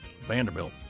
Vanderbilt